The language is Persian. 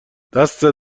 دستت